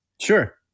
Sure